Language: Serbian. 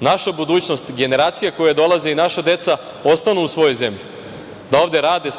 naša budućnost, generacije koje dolaze i naša deca ostanu u svojoj zemlji, da ovde rade,